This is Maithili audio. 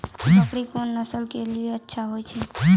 बकरी कोन नस्ल के अच्छा होय छै?